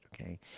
okay